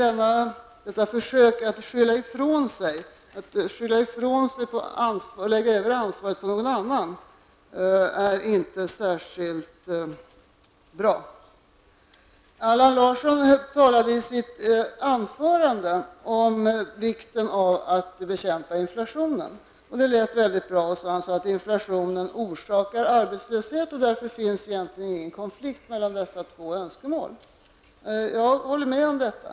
Detta försök att skylla ifrån sig och lägga över ansvaret på någon annan, som Allan Larsson här gör, är inte särskilt bra. Allan Larsson talade i sitt anförande om vikten av att bekämpa inflationen, och det lät mycket bra. Han sade att inflationen orsakar arbetslöshet och att det därför inte finns någon egentlig konflikt mellan dessa två önskemål. Jag håller med om detta.